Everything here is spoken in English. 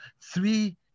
three